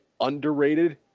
underrated